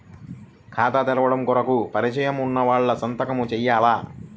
ఖాతా తెరవడం కొరకు పరిచయము వున్నవాళ్లు సంతకము చేయాలా?